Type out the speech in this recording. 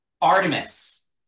Artemis